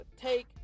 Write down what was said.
take